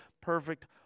perfect